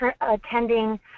attending